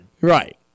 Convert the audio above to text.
right